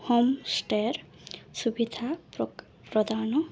home stay ସୁବିଧା ପ୍ରଦାନ